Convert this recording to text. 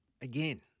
Again